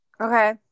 Okay